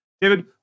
David